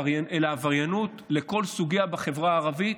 לעבריינות לכל סוגיה בחברה הערבית.